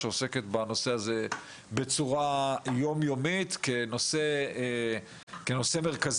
שעוסקת בנושא הזה בצורה יום יומית כנושא מרכזי.